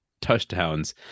touchdowns